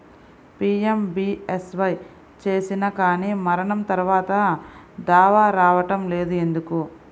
PMBSY చేసినా కానీ మరణం తర్వాత దావా రావటం లేదు ఎందుకు?